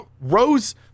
Rose